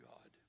God